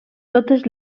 totes